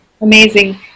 amazing